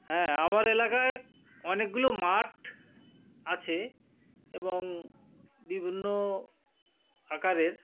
হ্যাঁ আমার এলাকায় অনেকগুলো মাঠ আছে এবং বিভিন্ন আকারের